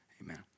Amen